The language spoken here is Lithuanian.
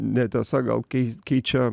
netiesa gal keis keičia